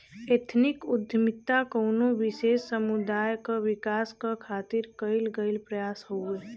ethnic उद्दमिता कउनो विशेष समुदाय क विकास क खातिर कइल गइल प्रयास हउवे